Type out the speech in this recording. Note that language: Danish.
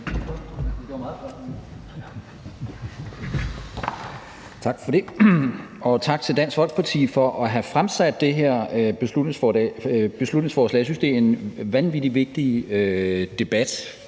Tak for det. Og tak til Dansk Folkeparti for at have fremsat det her beslutningsforslag. Jeg synes, det er en vanvittig vigtig debat,